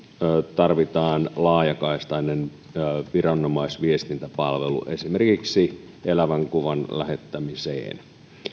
tarvitaan laajakaistainen viranomaisviestintäpalvelu esimerkiksi elävän kuvan lähettämiseen